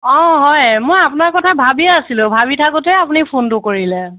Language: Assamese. অঁ হয় মই আপোনাৰ কথা ভাবি আছিলোঁ ভাবি থাকোঁতে আপুনি ফোনটো কৰিলে